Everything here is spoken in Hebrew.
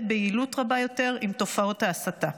ביעילות רבה יותר עם תופעות ההסתה.